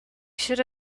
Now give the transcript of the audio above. should